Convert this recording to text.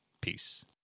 Peace